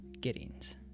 Giddings